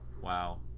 Wow